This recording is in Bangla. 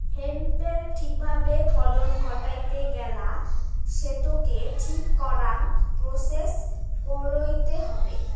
হেম্পের ঠিক ভাবে ফলন ঘটাইতে গেলা সেটোকে ঠিক করাং প্রসেস কইরতে হবে